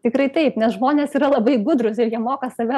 tikrai taip nes žmonės yra labai gudrūs ir jie moka save